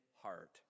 heart